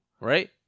right